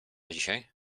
dzisiaj